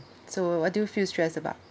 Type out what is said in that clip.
so what do you feel stressed about